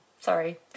sorry